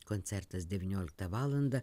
koncertas devynioliktą valandą